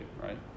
right